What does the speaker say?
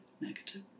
negative